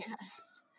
Yes